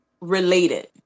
related